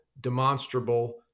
demonstrable